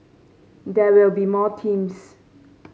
there will be more teams